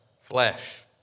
flesh